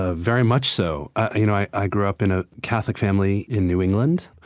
ah very much so. you know, i i grew up in a catholic family in new england.